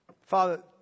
Father